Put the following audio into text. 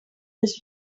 this